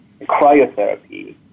cryotherapy